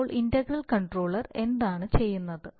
അപ്പോൾ integral controller എന്താണ് ചെയ്യുന്നത്